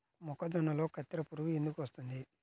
మొక్కజొన్నలో కత్తెర పురుగు ఎందుకు వస్తుంది?